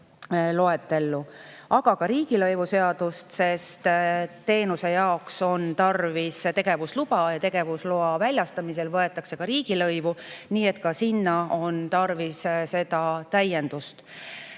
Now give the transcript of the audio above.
loetellu, ja ka riigilõivuseadust, sest teenuse jaoks on tarvis tegevusluba ja tegevusloa väljastamisel võetakse riigilõivu. Nii et ka seal on tarvis seda täiendust.